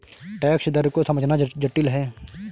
tax दर को समझना जटिल है